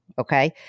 Okay